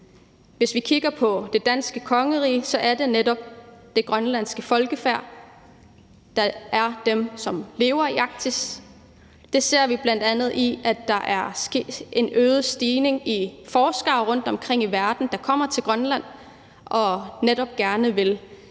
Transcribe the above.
Hvis vi kigger på det danske kongerige, er det netop det grønlandske folkefærd, der er dem, som lever i Arktis. Her ser vi bl.a., at der er sket en stigning i antallet af forskere rundtomkring i verden, der kommer til Grønland og netop gerne lave